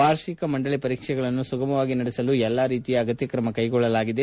ವಾರ್ಷಿಕ ಮಂಡಳಿ ಪರೀಕ್ಷೆಗಳನ್ನು ಸುಗಮವಾಗಿ ನಡೆಸಲು ಎಲ್ಲ ರೀತಿಯ ಅಗತ್ಯ ಕ್ರಮ ಕೈಗೊಳ್ಳಲಾಗಿದೆ